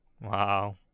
Wow